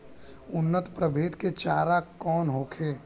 उन्नत प्रभेद के चारा कौन होखे?